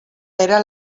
era